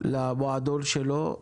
למועדון שלו,